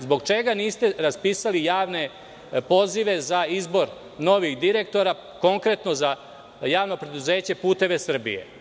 Zbog čega niste raspisali javne pozive za izbor novih direktora, konkretno za JP "Puteve Srbije"